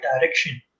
direction